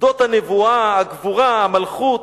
שדות הנבואה, הגבורה, המלכות"